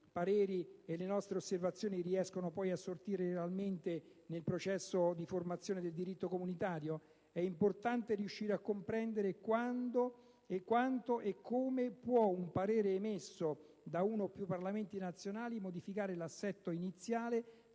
pareri e le nostre osservazioni riescono poi a sortire realmente nel processo di formazione del diritto comunitario? È importante riuscire a comprendere, in sostanza, quanto e come può un parere emesso da uno o più Parlamenti nazionali modificare l'assetto iniziale